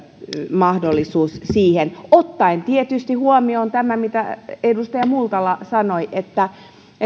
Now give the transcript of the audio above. mahdollisuus siihen ottaen tietysti huomioon tämän mitä edustaja multala sanoi että